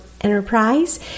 Enterprise